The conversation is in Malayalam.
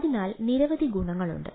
അതിനാൽ നിരവധി ഗുണങ്ങളുണ്ട്